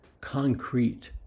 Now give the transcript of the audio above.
concrete